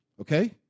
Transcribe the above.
okay